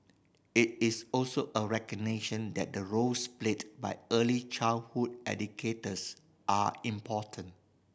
it is also a recognition that the roles played by early childhood educators are important